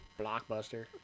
blockbuster